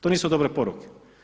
To nisu dobre poruke.